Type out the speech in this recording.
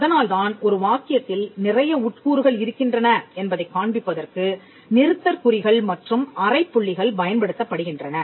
அதனால்தான் ஒரு வாக்கியத்தில் நிறைய உட்கூறுகள் இருக்கின்றன என்பதைக் காண்பிப்பதற்கு நிறுத்தற்குறிகள் மற்றும் அரைப்புள்ளிகள் பயன்படுத்தப்படுகின்றன